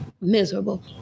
miserable